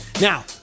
Now